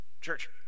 Church